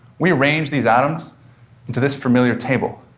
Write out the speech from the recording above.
we arrange these atoms into this familiar table.